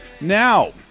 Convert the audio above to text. Now